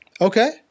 Okay